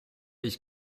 ich